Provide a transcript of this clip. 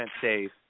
safe